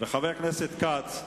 וחבר הכנסת כץ,